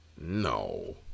No